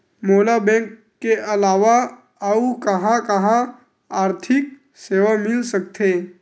मोला बैंक के अलावा आऊ कहां कहा आर्थिक सेवा मिल सकथे?